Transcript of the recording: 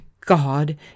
God